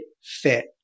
fit